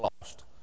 lost